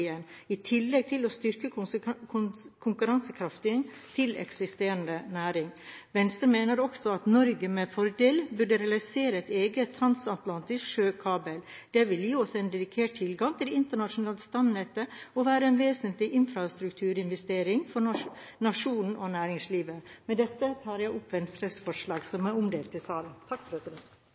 skyteknologien, i tillegg til å styrke konkurransekraften til eksisterende næringer. Venstre mener også at Norge med fordel burde realisere en egen transatlantisk sjøkabel. Det ville gi oss en dedikert tilgang til det internasjonale stamnettet og være en vesentlig infrastrukturinvestering for nasjonen og næringslivet. Med dette tar jeg opp Venstres forslag som er omdelt i salen.